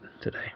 today